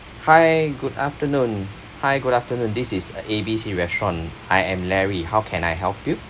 hi good afternoon hi good afternoon this is A B C restaurant I am larry how can I help you